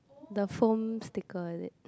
the foam sticker is it